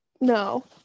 No